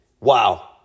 Wow